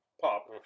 pop